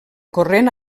corrent